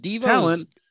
Talent